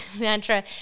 mantra